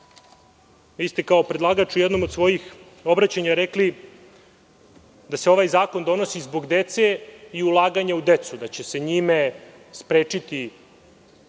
ste kao predlagača u jednom od svojih obraćanja rekli da se ovaj zakon donosi zbog dece i ulaganja u decu, da će se njime sprečiti